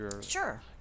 sure